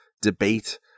debate